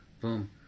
Boom